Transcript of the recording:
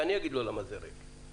אני אגיד לו למה זה ריק.